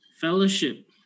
fellowship